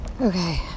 Okay